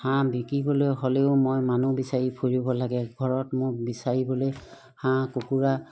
হাঁহ বিকিবলৈ হ'লেও মই মানুহ বিচাৰি ফুৰিব লাগে ঘৰত মোক বিচাৰিবলৈ হাঁহ কুকুৰা